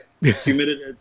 humidity